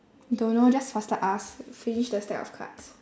don't know just faster ask finish the stack of cards